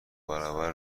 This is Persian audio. برابر